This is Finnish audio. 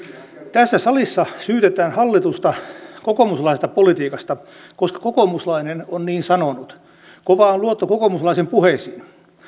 tässä salissa syytetään hallitusta kokoomuslaisesta politiikasta koska kokoomuslainen on niin sanonut kova on luotto kokoomuslaisen puheisiin